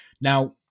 Now